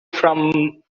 from